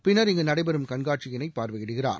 பின்னர்இங்கு நடைபெறும் கண்காட்சியினை பார்வையிடுகிறார்